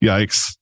Yikes